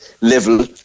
level